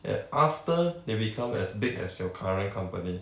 and after they become as big as your current company